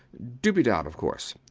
dubedat, of course.